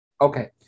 Okay